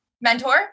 mentor